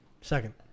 Second